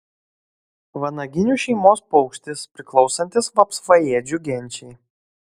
vanaginių šeimos paukštis priklausantis vapsvaėdžių genčiai